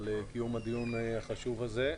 על קיום הדיון החשוב הזה.